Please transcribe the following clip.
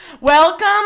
Welcome